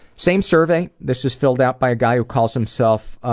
same survey. this was filled out by a guy who calls himself